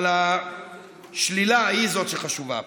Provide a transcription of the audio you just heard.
אבל השלילה היא זו שחשובה פה.